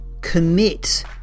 Commit